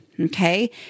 Okay